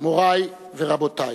מורי ורבותי.